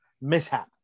mishap